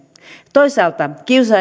toisaalta